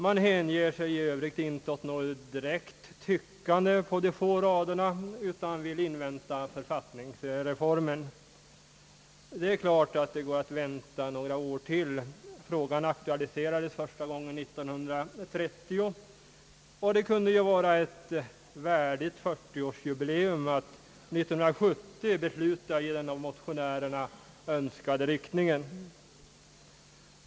Man hängiver sig i övrigt inte åt något direkt tyckande på de få raderna, utan vill invänta författningsreformen. Det är klart att det går att vänta några år till. Frågan aktualiserades första gången år 1930, och det kunde ju vara ett värdigt 40-årsjubileum att 1970 besluta i den av motionärerna önskade riktningen.